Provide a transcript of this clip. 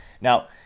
Now